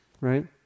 right